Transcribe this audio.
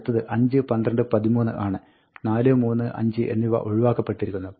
അടുത്തത് 5 12 13 ആണ് 4 3 5 എന്നിവ ഒഴിവാക്കപ്പെട്ടിരിക്കുന്നു